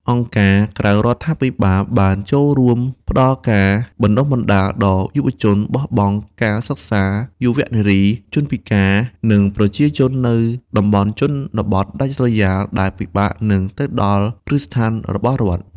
អង្គការក្រៅរដ្ឋាភិបាលបានចូលរួមផ្តល់ការបណ្តុះបណ្តាលដល់យុវជនបោះបង់ការសិក្សា យុវនារី ជនពិការ និងប្រជាជននៅតំបន់ជនបទដាច់ស្រយាលដែលពិបាកនឹងទៅដល់គ្រឹះស្ថានរបស់រដ្ឋ។